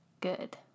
good